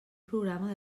programa